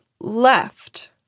left